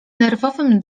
nerwowym